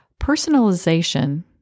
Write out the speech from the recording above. Personalization